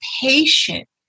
patient